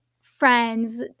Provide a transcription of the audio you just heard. friends